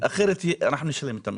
אנחנו נשלם את המחיר.